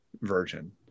version